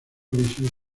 visión